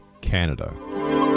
Canada